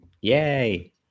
Yay